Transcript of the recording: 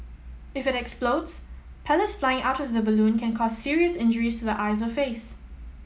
if it explodes pellets flying out of the balloon can cause serious injuries to the eyes or face